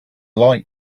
light